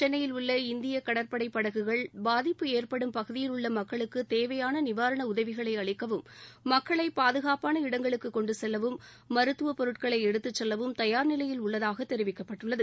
சென்னையில் உள்ள இந்தியக் கடற்படை படகுகள் பாதிப்பு ஏற்படும் பகுதியில் உள்ள மக்களுக்கு தேவையான நிவாரண உதவிகளை அளிக்கவும் மக்களை பாதுகாப்பான இடங்களுக்கு கொண்டு செல்லவும் மருத்துவப் பொருட்களை எடுத்துச் செல்லவும் தயார் நிலையில் உள்ளதாக தெரிவிக்கப்பட்டுள்ளது